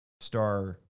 star